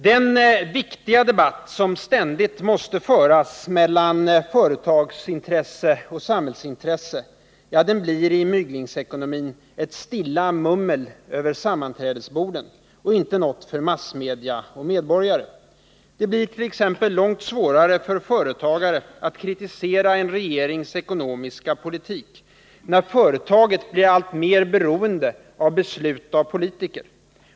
Den viktiga debatt som ständigt måste föras mellan företagsintresse och samhällsintresse blir i myglingsekonomin ett stilla mummel över sammanträdesborden och inte något för massmedia och medborgare. Det blir t.ex. långt svårare för företagare att kritisera en regerings ekonomiska politik när företaget blir alltmer beroende av beslut av politiker.